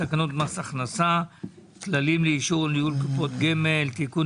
תקנות מס הכנסה (כללים לאישור ולניהול קופות גמל) (תיקון)